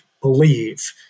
believe